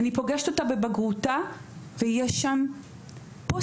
אני פוגשת אותה בבגרותה ויש שם פוסט-טראומה